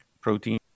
protein